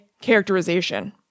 characterization